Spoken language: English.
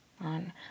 on